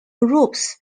groups